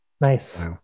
Nice